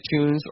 iTunes